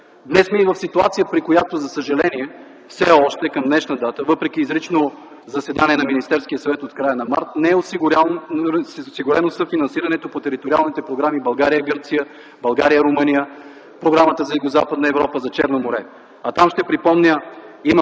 Днес сме в ситуация, в която, за съжаление, все още към днешна дата, въпреки изрично заседание на Министерския съвет от края на м. март, не е осигурено съфинансирането по териториалните програми „България – Гърция”, „България – Румъния”, програмите за Югозападна Европа, за Черно море. А там ще припомня, че